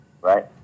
right